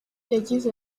yagize